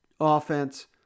offense